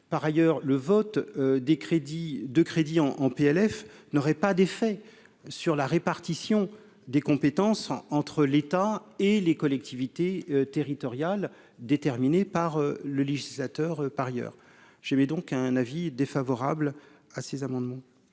par ailleurs, le vote des crédits de crédit en en PLF n'aurait pas d'effet sur la répartition des compétences entre l'État et les collectivités territoriales déterminer par le législateur, par ailleurs, j'aimais donc un avis défavorable à ces amendements.